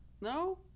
No